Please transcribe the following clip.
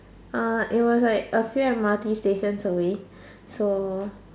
uh it was like a few M_R_T stations away so